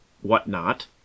whatnot